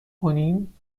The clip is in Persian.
کنیم